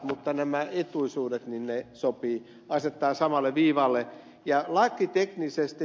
mutta nämä etuisuudet sopii asettaa samalle viivalle lakiteknisesti